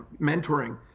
mentoring